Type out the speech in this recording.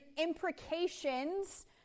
imprecations